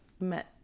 met